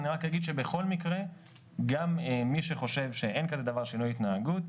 אני רק אגיד שבכל מקרה גם מי שחושב שאין כזה דבר שינוי התנהגות,